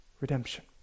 redemption